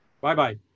Bye-bye